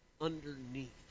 underneath